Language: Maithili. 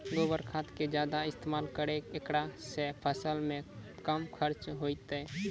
गोबर खाद के ज्यादा इस्तेमाल करौ ऐकरा से फसल मे कम खर्च होईतै?